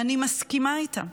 אני מסכימה איתם,